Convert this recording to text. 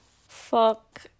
Fuck